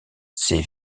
ces